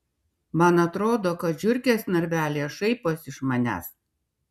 man atrodo kad žiurkės narvelyje šaiposi iš manęs